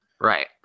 Right